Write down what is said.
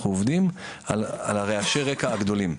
אנחנו עובדים על רעשי הרקע הגדולים.